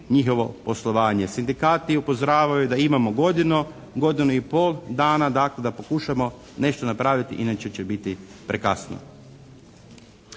njihovo poslovanje. Sindikati upozoravaju da imamo godinu, godinu i pol dana, dakle, da pokušamo nešto napraviti inače će biti prekasno.